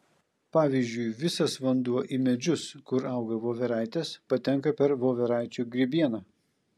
pavyzdžiui visas vanduo į medžius kur auga voveraitės patenka per voveraičių grybieną